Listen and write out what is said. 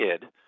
kid